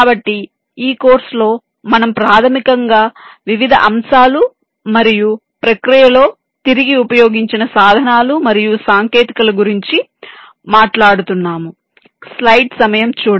కాబట్టి ఈ కోర్సులో మనం ప్రాథమికంగా వివిధ అంశాలు మరియు ప్రక్రియలో తిరిగి ఉపయోగించిన సాధనాలు మరియు సాంకేతికతల గురించి మాట్లాడుతున్నాము